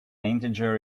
integer